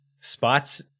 spots